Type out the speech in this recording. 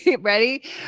ready